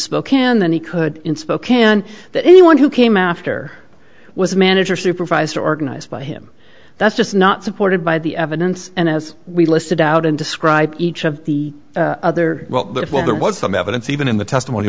spokane than he could in spokane that anyone who came after was manager supervised organized by him that's just not supported by the evidence and as we listed out and describe each of the other well well there was some evidence even in the testimony